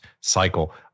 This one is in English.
cycle